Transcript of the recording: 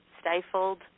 stifled